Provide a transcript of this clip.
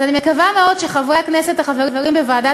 אז אני מקווה מאוד שחברי הכנסת החברים בוועדת